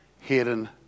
hidden